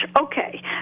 Okay